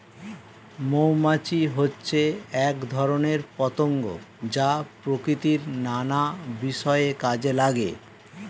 মৌমাছি হচ্ছে এক ধরনের পতঙ্গ যা প্রকৃতির নানা বিষয়ে কাজে লাগে